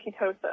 ketosis